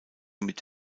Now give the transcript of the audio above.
mit